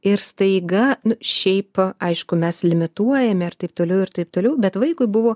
ir staiga nu šiaip aišku mes limituojame ir taip toliau ir taip toliau bet vaikui buvo